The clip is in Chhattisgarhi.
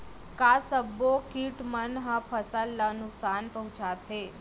का सब्बो किट मन ह फसल ला नुकसान पहुंचाथे?